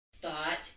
thought